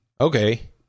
okay